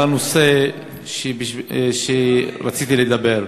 לנושא שרציתי לדבר עליו: